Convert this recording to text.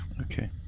Okay